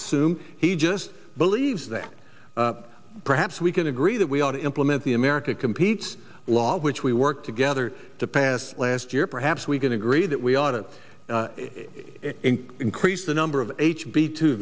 sume he just believes that perhaps we can agree that we ought to implement the america competes law which we work together to pass last year perhaps we can agree that we ought to increase the number of h b t